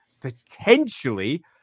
potentially